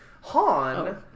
Han